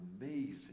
amazing